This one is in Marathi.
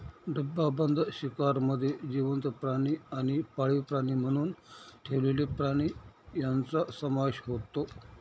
डबाबंद शिकारमध्ये जिवंत प्राणी आणि पाळीव प्राणी म्हणून ठेवलेले प्राणी यांचा समावेश होतो